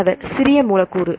மாணவர் சிறிய மூலக்கூறு